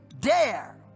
dare